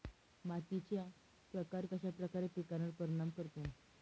मातीचा प्रकार कश्याप्रकारे पिकांवर परिणाम करतो?